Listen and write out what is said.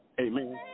Amen